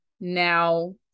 now